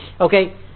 okay